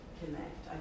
connect